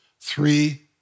three